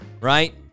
right